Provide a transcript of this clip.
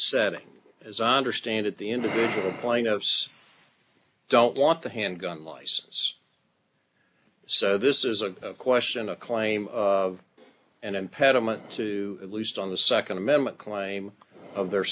setting as i understand it the individual plaintiffs don't want the handgun license so this is a question a claim of an impediment to at least on the nd amendment claim of